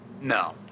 No